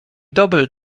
dobry